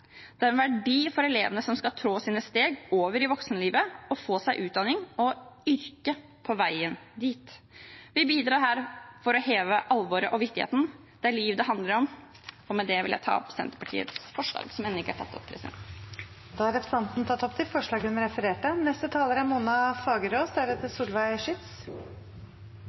Det er en verdi for elevene som skal trå sine steg over i voksenlivet og få seg utdanning og yrke på veien dit. Vi bidrar her for å heve alvoret og viktigheten. Det er liv det handler om. Jeg tar opp forslagene nr. 15–18, fra Senterpartiet og SV, og forslagene nr. 20 og 21, fra Senterpartiet. Representanten Marit Knutsdatter Strand har tatt opp de forslagene hun refererte til. En fullføringsreform er